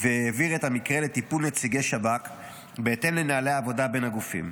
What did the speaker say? והעביר את המקרה לטיפול נציגי שב"כ בהתאם לנוהלי העבודה בין הגופים.